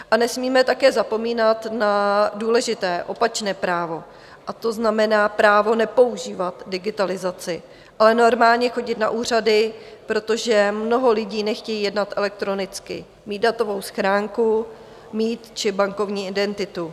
A nesmíme také zapomínat na důležité opačné právo, a to znamená právo nepoužívat digitalizaci, ale normálně chodit na úřady, protože mnoho lidí nechce jednat elektronicky, mít datovou schránku, mít bankovní identitu.